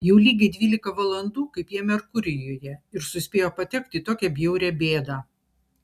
jau lygiai dvylika valandų kaip jie merkurijuje ir suspėjo patekti į tokią bjaurią bėdą